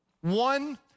One